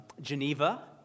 Geneva